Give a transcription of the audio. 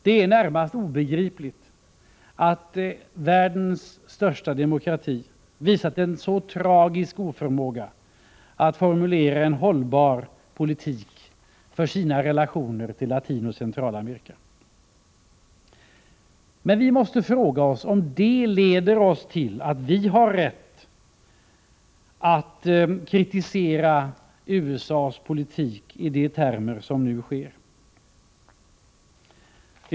Det är närmast obegripligt att världens största demokrati visat en så tragisk oförmåga att formulera en hållbar politik för sina relationer till Latinoch Centralamerika. Men vi måste fråga oss om det ger oss rätt att kritisera USA:s politik i de termer som nu används.